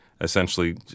essentially